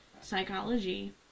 psychology